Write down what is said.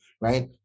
right